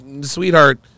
Sweetheart